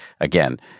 Again